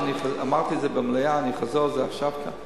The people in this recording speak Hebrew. ואני אמרתי את זה במליאה ואני חוזר על זה עכשיו כאן.